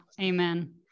amen